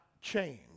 change